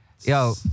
Yo